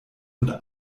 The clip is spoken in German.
und